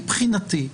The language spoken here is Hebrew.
מבחינתי,